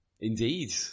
Indeed